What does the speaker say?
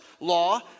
Law